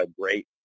great